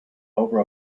over